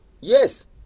Yes